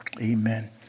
Amen